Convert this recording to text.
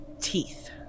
teeth